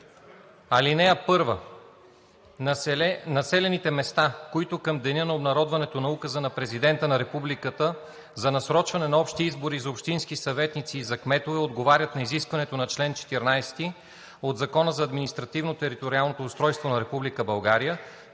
параграф: „(1) Населените места, които към деня на обнародването на Указа на Президента на Републиката за насрочване на общи избори за общински съветници и за кметове отговарят на изискването на чл. 14 от Закона за административно-териториалното устройство на Република България